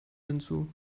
hinzu